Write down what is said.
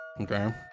okay